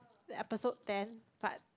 the episode ten but